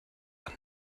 are